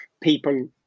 people